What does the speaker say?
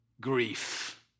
grief